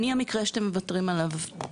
אני המקרה שאתם מוותרים עליו,